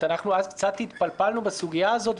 אז התפלפלנו בסוגיה הזאת,